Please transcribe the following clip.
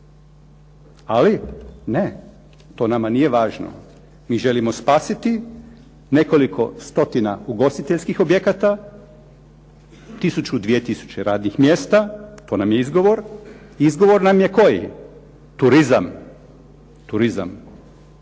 ali ne to nama nije važno. Mi želimo spasiti nekoliko stotina ugostiteljskih objekata, tisuću, 2 tisuće radnih mjesta, to nam je izgovor. Izgovor nam je koji? Turizam. Kojeg